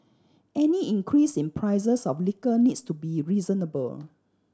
any increase in prices of liquor needs to be reasonable